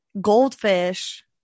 goldfish